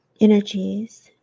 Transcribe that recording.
energies